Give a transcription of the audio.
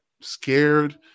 scared